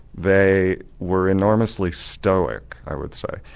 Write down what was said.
they were enormously stoic i would say,